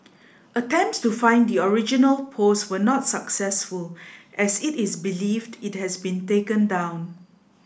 attempts to find the original post were not successful as it is believed it has been taken down